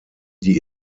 die